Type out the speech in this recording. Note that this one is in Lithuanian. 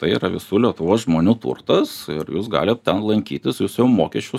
tai yra visų lietuvos žmonių turtus ir jūs galit ten lankytis jūs jau mokesčius